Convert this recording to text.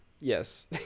yes